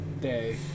day